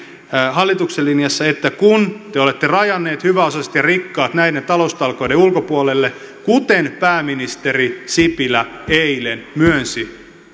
hallituksen linjassa on siinä että kun te te olette rajanneet hyväosaiset ja rikkaat näiden taloustalkoiden ulkopuolelle kuten pääministeri sipilä eilen myönsi